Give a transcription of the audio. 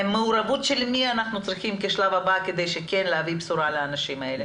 מעורבות של מי אנחנו צריכים כשלב הבא כדי כן להביא בשורה לאנשים האלה?